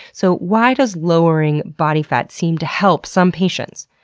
so why does lowering body fat seem to help some patients?